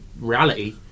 reality